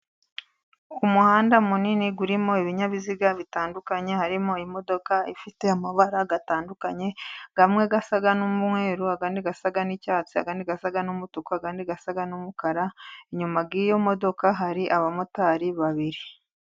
Ku muhanda munini urimo ibinyabiziga bitandukanye, harimo imodoka ifite amabara atandukanye amwe asa n'umweru, andi asa n'icyatsi, andi asa n'umutuku, andi asa n'umukara. Inyuma y'iyo modoka hari abamotari babiri.